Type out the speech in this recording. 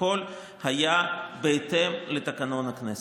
הכול היה בהתאם לתקנון הכנסת.